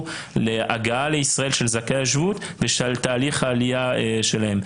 להגעה לישראל של זכאי השבות ושל תהליך העלייה שלהם.